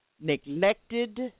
neglected